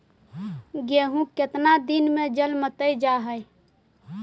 गेहूं केतना दिन में जलमतइ जा है?